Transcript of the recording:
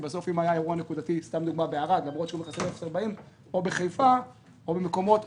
כי אם היה אירוע נקודתי למשל בערד או בחיפה או ברמלה,